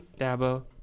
Dabo